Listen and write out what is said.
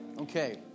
Okay